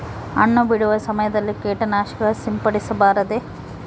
ಹಣ್ಣು ಬಿಡುವ ಸಮಯದಲ್ಲಿ ಕೇಟನಾಶಕ ಸಿಂಪಡಿಸಬಾರದೆ?